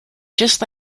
just